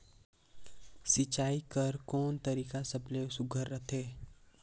सिंचाई कर कोन तरीका हर सबले सुघ्घर रथे?